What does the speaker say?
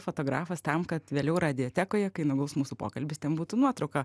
fotografas tam kad vėliau radiotekoje kai nuguls mūsų pokalbis ten būtų nuotrauka